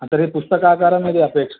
तर्हि पुस्तकाकारं यदि अपेक्षितम्